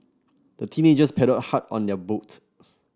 the teenagers paddled hard on their boat